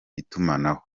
itumanaho